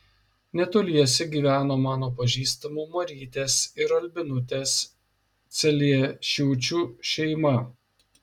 netoliese gyveno mano pažįstamų marytės ir albinutės celiešiūčių šeima